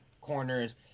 corners